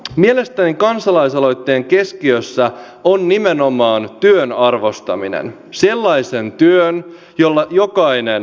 mielestäni kansalaisaloitteen keskiössä on nimenomaan työn arvostaminen sellaisen työn jolla jokainen tulee toimeen